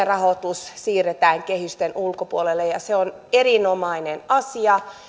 rahoitus siirretään kehysten ulkopuolelle se on erinomainen asia